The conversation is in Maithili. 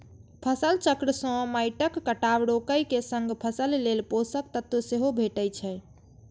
फसल चक्र सं माटिक कटाव रोके के संग फसल लेल पोषक तत्व सेहो भेटै छै